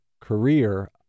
career